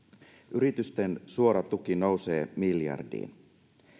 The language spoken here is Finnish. yritysten suora tuki nousee miljardiin